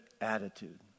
attitude